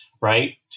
right